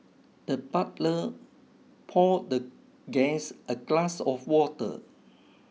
the butler poured the guest a glass of water